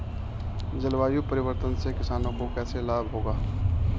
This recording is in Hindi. जलवायु परिवर्तन से किसानों को कैसे लाभ होगा?